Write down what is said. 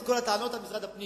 אז כל הטענות הן על משרד הפנים.